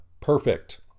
perfect